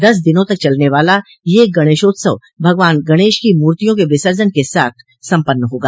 दस दिनों तक चलने वाला यह गणेशोत्सव भगवान गणेश की मूर्तियों के विसर्जन के साथ संपन्न होगा